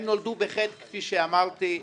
הן נולדו בחטא, כפי שאמרתי.